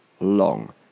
long